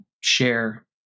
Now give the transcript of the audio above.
share